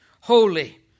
holy